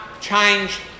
change